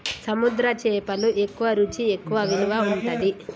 సముద్ర చేపలు ఎక్కువ రుచి ఎక్కువ విలువ ఉంటది